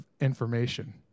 information